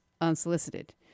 unsolicited